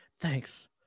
Thanks